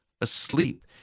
asleep